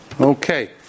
Okay